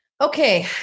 Okay